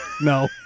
No